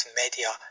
media